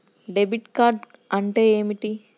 Debit card అంటే ఏమిటి?